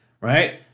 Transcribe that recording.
right